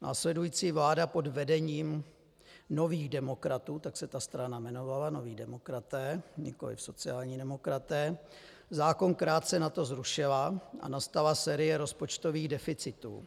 Následující vláda pod vedením Nových demokratů tak se ta strana jmenovala, Noví demokraté, nikoliv sociální demokraté zákon krátce nato zrušila a nastala série rozpočtových deficitů.